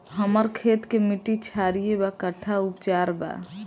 हमर खेत के मिट्टी क्षारीय बा कट्ठा उपचार बा?